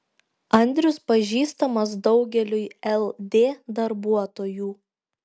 andrius pažįstamas daugeliui ld darbuotojų